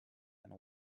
and